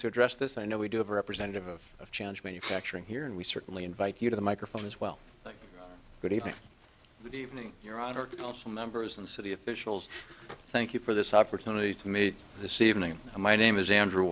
to address this i know we do have a representative of change manufacturing here and we certainly invite you to the microphone as well good evening evening your honor also members and city officials thank you for this opportunity to me this evening my name is andrew